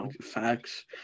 Facts